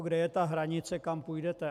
Kde je ta hranice, kam půjdete?